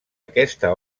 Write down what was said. aquesta